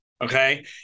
Okay